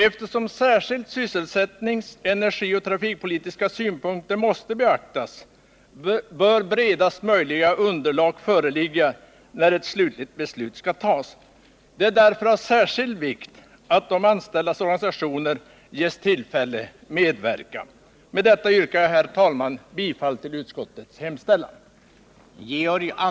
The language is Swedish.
Eftersom särskilt sysselsättnings-, energioch trafikpolitiska synpunkter måste beaktas, bör bredast möjliga underlag föreligga när ett slutligt beslut skall tas. Det är därför av särskild vikt att de anställdas organisationer ges tillfälle att medverka. Med detta, herr talman, yrkar jag bifall till utskottets hemställan.